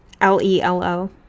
L-E-L-O